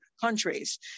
countries